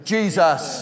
Jesus